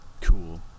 cool